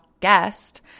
guest